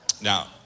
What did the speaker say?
Now